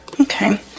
Okay